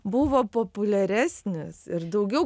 buvo populiaresnis ir daugiau